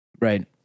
right